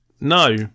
No